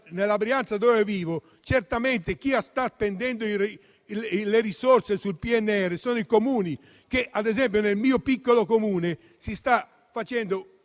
nella Brianza in cui vivo, certamente chi sta spendendo le risorse sul PNRR sono i Comuni. Ad esempio, nel mio piccolo Comune si sta rifacendo